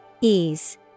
Ease